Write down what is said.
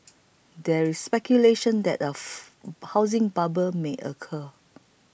there is speculation that a housing bubble may occur